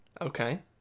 Okay